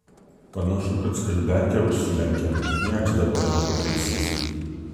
panašu kad skalbiankė užsilenkė nieks dabar nepataisys